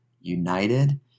United